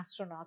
astronauts